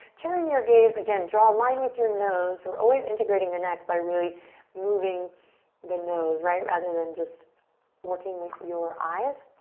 turn your gaze, again, draw a line with your nose. we're always integrating the neck by really moving the nose rather than just working with your eyes.